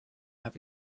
have